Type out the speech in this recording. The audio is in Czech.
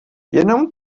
jenom